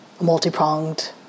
multi-pronged